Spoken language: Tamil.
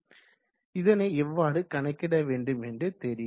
இதனை எவ்வாறு கணக்கடவேண்டும் என்று தெரியும்